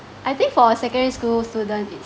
I think for secondary school student it's